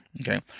Okay